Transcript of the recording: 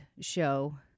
show